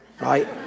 right